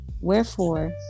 Wherefore